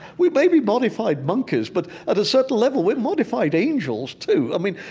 we may be modified monkeys, but at a certain level, we're modified angels, too. i mean,